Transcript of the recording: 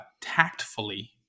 tactfully